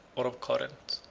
or of corinth.